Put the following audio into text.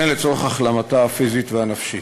וכן לצורך החלמתה הפיזית והנפשית.